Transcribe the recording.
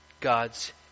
God's